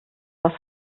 was